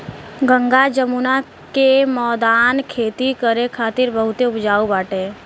गंगा जमुना के मौदान खेती करे खातिर बहुते उपजाऊ बाटे